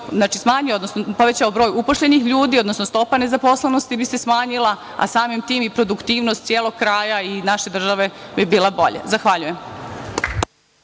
povećao i broj uposlenih ljudi, odnosno stopa nezaposlenosti bi se smanjila, a samim tim i produktivnost celog kraja i naše države bi bila bolja. Zahvaljujem.